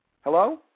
Hello